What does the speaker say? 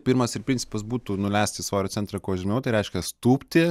pirmasis principas būtų nuleisti svorio centrą kuo žemiau tai reiškias tūpti